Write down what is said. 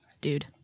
dude